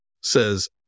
says